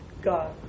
God